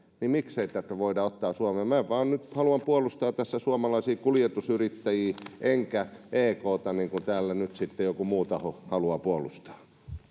niin miksi tätä ei voida ottaa suomeen minä nyt vain haluan puolustaa tässä suomalaisia kuljetusyrittäjiä enkä ekta niin kuin täällä nyt sitten joku muu taho haluaa puolustaa